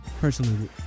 personally